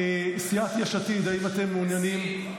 סיעת יש עתיד, האם אתם מעוניינים -- מסירים.